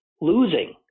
losing